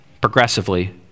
progressively